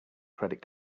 credit